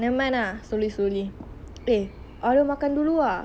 never mind lah slowly slowly eh order makan dulu ah